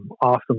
awesome